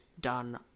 done